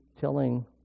telling